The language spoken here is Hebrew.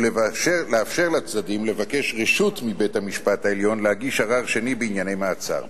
ולאפשר לצדדים לבקש רשות מבית-המשפט העליון להגיש ערר שני בענייני מעצר.